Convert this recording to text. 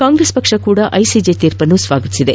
ಕಾಂಗ್ರೆಸ್ ಪಕ್ಷ ಕೂಡ ಐಸಿಜೆ ತೀರ್ಪನ್ನು ಸ್ಲಾಗತಿಸಿದೆ